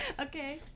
Okay